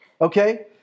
Okay